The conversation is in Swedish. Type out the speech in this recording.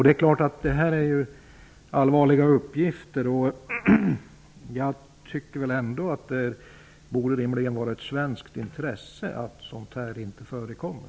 Det är klart att detta är allvarliga uppgifter. Det borde rimligen vara av svenskt intresse att sådant här inte förekommer.